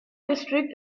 district